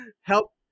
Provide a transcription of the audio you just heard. help